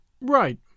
Right